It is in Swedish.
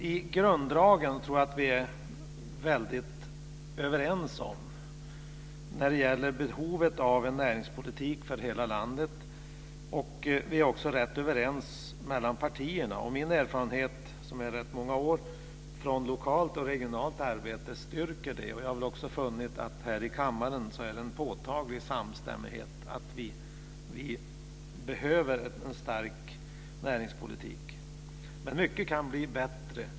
I grunddragen tror jag att vi är överens när det gäller behovet av en näringspolitik för hela landet. Vi är också ganska överens mellan partierna. Min erfarenhet från lokalt och regionalt arbete styrker det. Jag har också funnit att det här i kammaren råder påtaglig samstämmighet om att vi behöver en stark näringspolitik. Mycket kan dock bli bättre.